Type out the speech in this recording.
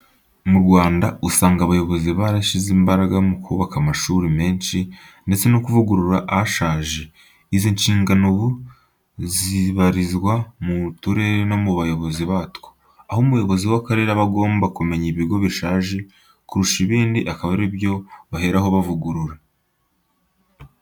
Mu Rwanda usanga abayobozi barashyize imbaraga mu kubaka amashuri menshi, ndetse no kuvugurura ashaje, izi nshingano ubu zibarizwa mu turere no mu bayobozi batwo, aho umuyobozi w'akarere aba agomba kumenya ibigo bishaje kurusha ibindi akaba ari byo baheraho bavugurura.